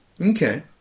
Okay